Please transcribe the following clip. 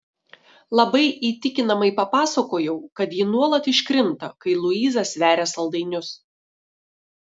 labai įtikinamai papasakojau kad ji nuolat iškrinta kai luiza sveria saldainius